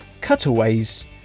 cutaways